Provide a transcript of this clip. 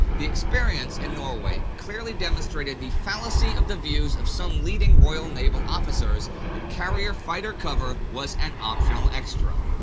the experience in norway clearly demonstrated the fallacy of the views of some leading royal naval officers that carrier fighter cover was an optional extra.